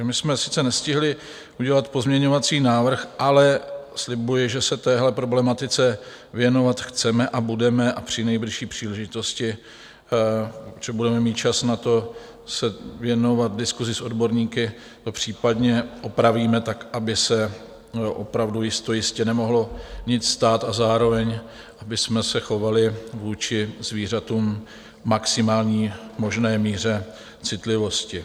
Takže my jsme sice nestihli udělat pozměňovací návrh, ale slibuji, že se téhle problematice věnovat chceme a budeme a při nejbližší příležitosti, protože budeme mít čas se věnovat diskusi s odborníky, popřípadě opravíme tak, aby se opravdu jistojistě nemohlo nic stát a zároveň abychom se chovali vůči zvířatům v maximální možné míře citlivosti.